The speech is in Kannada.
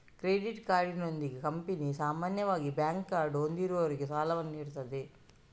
ಕ್ರೆಡಿಟ್ ಕಾರ್ಡಿನೊಂದಿಗೆ ಕಂಪನಿ ಸಾಮಾನ್ಯವಾಗಿ ಬ್ಯಾಂಕ್ ಕಾರ್ಡು ಹೊಂದಿರುವವರಿಗೆ ಸಾಲವನ್ನು ನೀಡುತ್ತದೆ